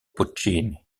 puccini